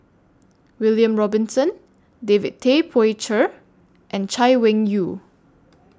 William Robinson David Tay Poey Cher and Chay Weng Yew